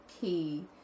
key